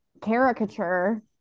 caricature